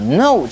no